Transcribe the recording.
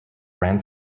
ran